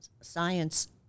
science